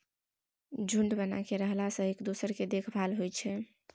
झूंड बना कय रहला सँ एक दोसर केर देखभाल होइ छै